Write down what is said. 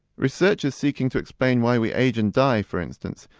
researchers seeking to explain why we age and die, for instance,